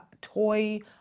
toy